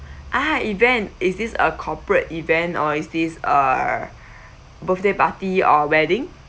ah event is this a corporate event or is this uh birthday party or wedding